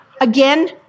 again